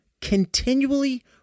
Continually